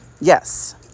Yes